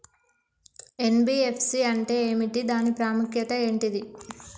NBFC అంటే ఏమిటి దాని ప్రాముఖ్యత ఏంటిది?